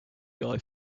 guy